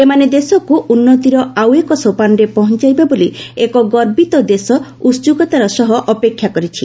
ଏମାନେ ଦେଶକୁ ଉନ୍ନତିର ଆଉ ଏକ ସୋପାନରେ ପହଞାଇବେ ବୋଲି ଏକ ଗବିତ ଦେଶ ଉହ୍ହକତାର ସହ ଅପେକ୍ଷା କରିଛି